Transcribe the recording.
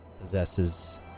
possesses